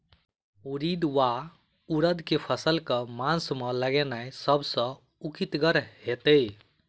उड़ीद वा उड़द केँ फसल केँ मास मे लगेनाय सब सऽ उकीतगर हेतै?